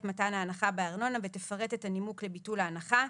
מתן ההנחה בארנונה ותפרט את הנימוק לביטול ההנחה.